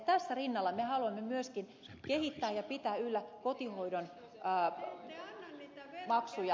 tässä rinnalla me haluamme myöskin kehittää ja pitää yllä kotihoidon maksuja